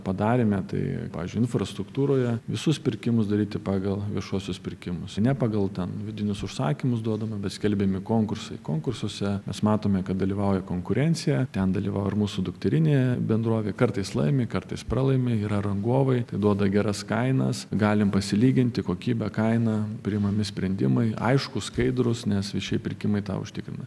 padarėme tai pavyzdžiui infrastruktūroje visus pirkimus daryti pagal viešuosius pirkimus ne pagal ten vidinius užsakymus duodama bet skelbiami konkursai konkursuose mes matome kad dalyvauja konkurencija ten dalyvavo mūsų dukterinė bendrovė kartais laimi kartais pralaimi yra rangovai tai duoda geras kainas galim pasilyginti kokybę kainą priimami sprendimai aiškūs skaidrūs nes viešieji pirkimai tą užtikrina